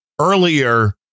earlier